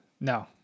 No